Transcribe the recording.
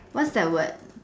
what's that word